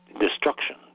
Destruction